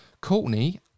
Courtney